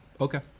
Okay